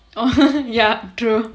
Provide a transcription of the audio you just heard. oh ya true